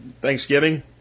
Thanksgiving